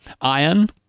Iron